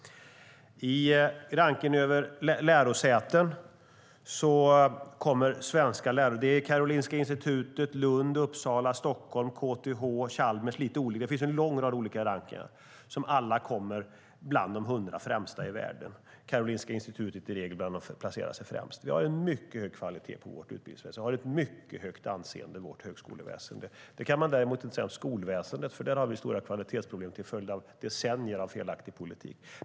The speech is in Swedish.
I rankningen av lärosäten hamnar Karolinska Institutet, Lund, Uppsala, Stockholm, KTH och Chalmers lite olika. Det finns en lång rad olika rankningar som alla placerar dem bland de hundra främsta i världen. Karolinska Institutet placerar sig i regel främst. Sverige har en mycket hög kvalitet på vårt utbildningsväsen. Vi har ett mycket högt anseende när det gäller vårt högskoleväsen. Det kan man däremot inte säga om skolväsendet, för där har vi stora kvalitetsproblem till följd av decennier av felaktig politik.